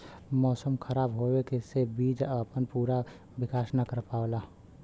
मौसम खराब होवे से बीज आपन पूरा विकास न कर पावेला